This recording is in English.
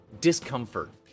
discomfort